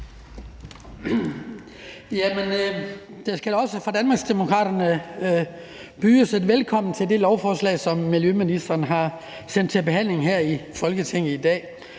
Der skal også fra Danmarksdemokraternes side bydes velkommen til det lovforslag, som miljøministeren har sendt til behandling her i Folketinget i dag.